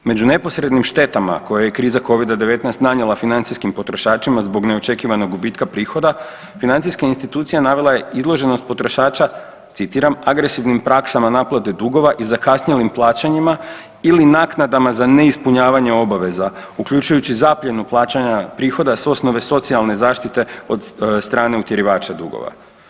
Među neposrednim štetama koje je kriza Covida-19 nanijela financijskim potrošačima zbog neočekivanog gubitka prihoda, financijska institucija navela je izloženost potrošača, citiram, agresivnim praksama naplate dugova i zakasnjelim plaćanjima ili naknadama za neispunjavanje obaveza, uključujući zapljenu plaćanja prihoda s osnova socijalne zaštite od strane utjerivača dugova.